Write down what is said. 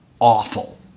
awful